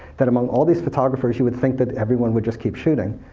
that among all these photographers, you would think that everyone would just keep shooting,